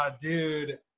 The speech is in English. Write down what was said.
dude